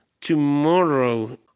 tomorrow